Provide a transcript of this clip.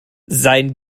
sein